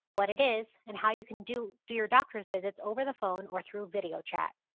what it is, and how you can do do your doctor's visits over the phone or through video chat.